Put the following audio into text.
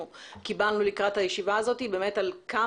קיבלנו לקראת הישיבה הזו נתונים מדהימים לגבי השאלה